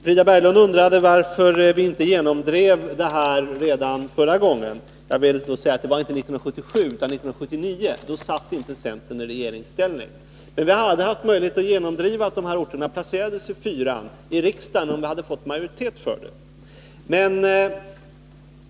Frida Berglund undrade varför vi inte genomdrev det här redan förra gången. Det var inte 1977 utan 1979, och då befann sig centern inte i regeringsställning. Men vi hade haft möjlighet att i riksdagen genomdriva en inplacering av dessa orter i stödområde 4 om vi hade fått majoritet för det.